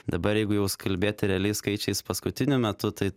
dabar jeigu jau kalbėti realiais skaičiais paskutiniu metu tai